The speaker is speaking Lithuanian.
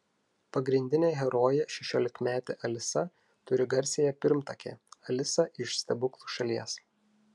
pagrindinė herojė šešiolikmetė alisa turi garsiąją pirmtakę alisą iš stebuklų šalies